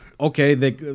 okay